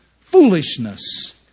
foolishness